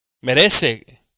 Merece